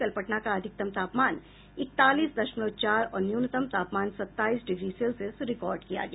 कल पटना का अधिकतम तापमान इकतालीस दशमलव चार और न्यूनतम तापमान सत्ताईस डिग्री सेल्सियस रिकार्ड किया गया